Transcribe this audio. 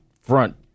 front